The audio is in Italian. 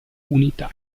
unità